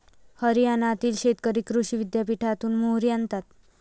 हरियाणातील शेतकरी कृषी विद्यापीठातून मोहरी आणतात